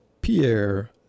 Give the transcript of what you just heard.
Pierre